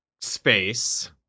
space